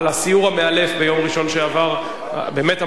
על הסיור המאלף ביום ראשון שעבר באמת,